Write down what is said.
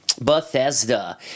Bethesda